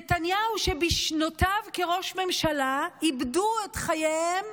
נתניהו, שבשנותיו כראש ממשלה איבדו את חייהם